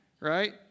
Right